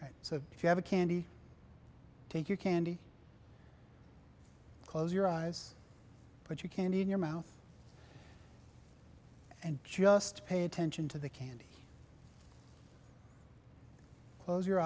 so if you have a candy take your candy close your eyes but you can't in your mouth and just pay attention to the candy close your